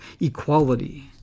equality